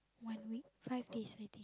one week five days I think